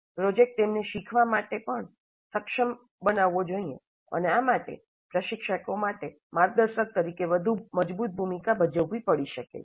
project તેમને શીખવા માટે પણ સક્ષમ બનાવવો જોઈએ અને આ માટે પ્રશિક્ષકો માટે માર્ગદર્શક તરીકે વધુ મજબૂત ભૂમિકા ભજવવી પડી શકે છે